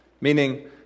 Meaning